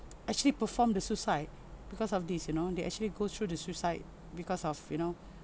actually perform the suicide because of these you know they actually go through the suicide because of you know